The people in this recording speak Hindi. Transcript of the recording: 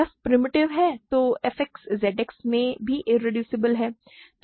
f प्रिमिटिव है तो f X ZX में भी इरेड्यूसिबल है